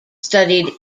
studied